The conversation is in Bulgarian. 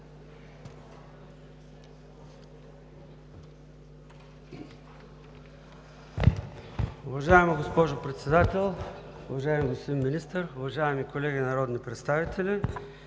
Уважаема госпожо Председател, уважаеми господин Министър, уважаеми колеги народни представители!